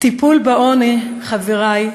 טיפול בעוני, חברי,